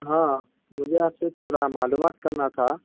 ہاں مجھے آپ سے تھوڑا معلومات کرنا تھا